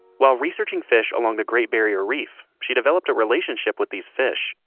while researching fish along the great barrier reef, she developed a relationship with these fish.